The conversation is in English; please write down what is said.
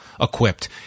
equipped